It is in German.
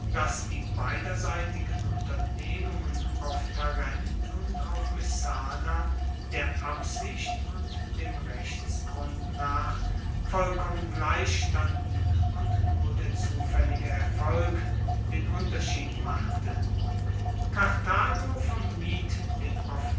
dass die beiderseitigen unternehmungen auf tarent und auf messana der absicht und dem rechtsgrund nach vollkommen gleichstanden und nur der zufaellige erfolg den unterschied machte karthago vermied den